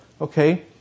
okay